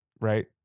Right